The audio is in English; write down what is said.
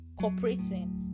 cooperating